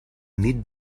nit